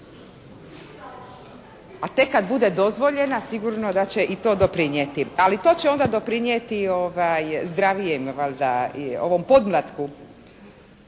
A tek kad bude dozvoljena sigurno da će i to doprinijeti. Ali to će onda doprinijeti zdravijem valjda i ovom podmlatku.